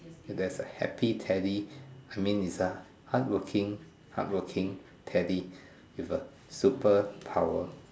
if he's a happy Teddy I mean he's a hardworking hardworking Teddy with a superpower